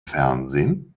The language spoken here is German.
fernsehen